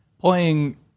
playing